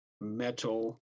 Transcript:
metal